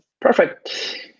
Perfect